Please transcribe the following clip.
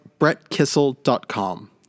brettkissel.com